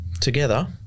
Together